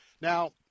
Now